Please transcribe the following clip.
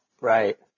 Right